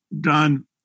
done